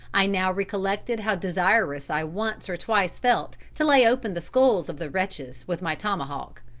i now recollected how desirous i once or twice felt to lay open the skulls of the wretches with my tomahawk.